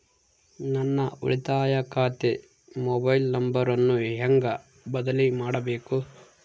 ನನ್ನ ಉಳಿತಾಯ ಖಾತೆ ಮೊಬೈಲ್ ನಂಬರನ್ನು ಹೆಂಗ ಬದಲಿ ಮಾಡಬೇಕು?